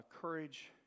Courage